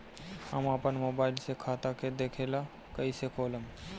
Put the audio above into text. हम आपन मोबाइल से खाता के देखेला कइसे खोलम?